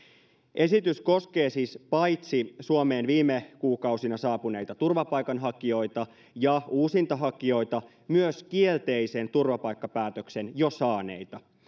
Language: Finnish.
esitys koskee siis paitsi suomeen viime kuukausina saapuneita turvapaikanhakijoita ja uusintahakijoita myös jo kielteisen turvapaikkapäätöksen saaneita